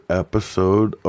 episode